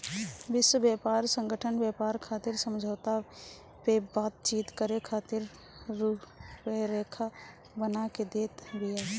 विश्व व्यापार संगठन व्यापार खातिर समझौता पअ बातचीत करे खातिर रुपरेखा बना के देत बिया